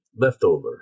leftover